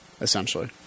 essentially